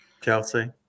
Chelsea